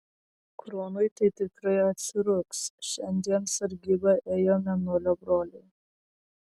kronui tai tikrai atsirūgs šiandien sargybą ėjo mėnulio broliai